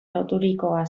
loturikoa